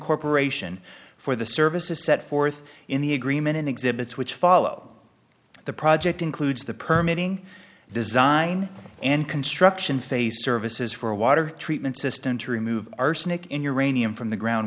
corporation for the services set forth in the agreement in exhibits which follow the project includes the permeating design and construction phase services for a water treatment system to remove arsenic in your rainy him from the ground